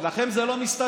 אבל לכם זה לא מסתדר.